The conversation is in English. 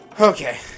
Okay